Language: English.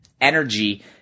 energy